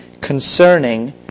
concerning